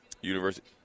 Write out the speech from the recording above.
University